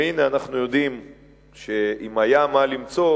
והנה אנחנו יודעים שאם היה מה למצוא,